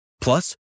Plus